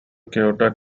coyote